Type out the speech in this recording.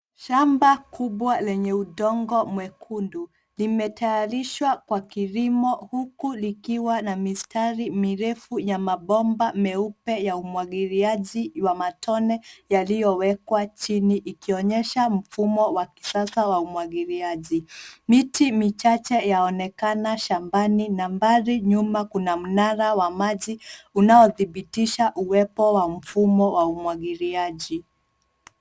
Shamba kubwa lenye udongo mwekundu limetayarishwa kwa kilimo huku likiwa na mistari mirefu ya mabomba meupe ya umwagiliaji wa matone yaliyowekwa chini ikionyesha mfumo wa kisasa wa umwagiliaji. Miti michache yaonekana shambani na mbali nyuma kuna mnara wa mai unaodhibitisha uwepo wa mfumo wa umwagiliaji.